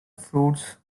fruits